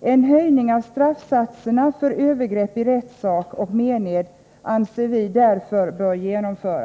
En höjning av straffsatserna för övergrepp i rättssak och mened anser vi därför bör genomföras.